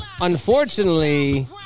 unfortunately